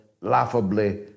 laughably